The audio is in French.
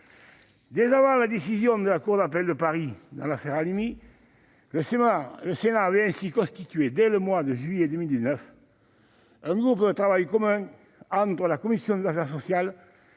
Dès avant la décision de la cour d'appel de Paris dans l'affaire Halimi, le Sénat avait ainsi constitué, dès le mois de juillet 2019, un groupe de travail commun entre sa commission des affaires sociales